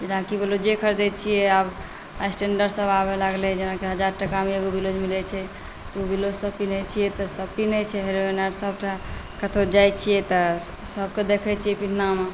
जेनाकि भेलै जे खरिदै छिए आब स्टैण्डर्डसब आबै लगलै जेना हजार टकामे एगो ब्लाउज मिलै छै तऽ ओ ब्लाउजसब पिनहै छिए तऽ सब पिनहै छै हीरोइन आओर सबटा कतहु जाइ छिए तऽ सबके देखै छिए पिनहामे